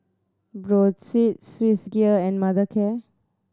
Brotzeit Swissgear and Mothercare